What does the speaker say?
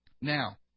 Now